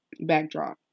backdrop